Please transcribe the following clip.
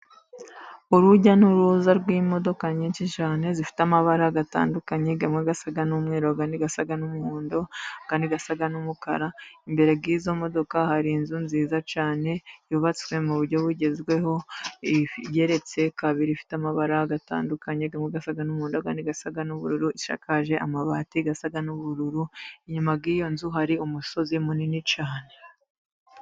Urujya n'uruza rw'imodoka nyinshi cyane, zifite amabara atandukanye, amwe asa n'umweru ayandi asa n'umuhondo ayandi asa n'umukara, imbere y'izo modoka hari inzu nziza cyane yubatswe mu buryo bugezweho igeretse kabiri, ifite amabara atandukanye arimo asa n'umuhondo ayandi asa n'ubururu, isakaje amabati asa n'ubururu inyuma y'iyo nzu, hari umusozi munini cyane.